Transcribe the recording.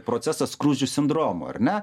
procesą skruzdžių sindromu ar ne